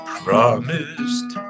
promised